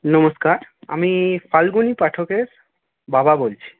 নমস্কার আমি ফাল্গুনী পাঠকের বাবা বলছি